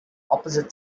opposite